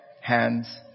hands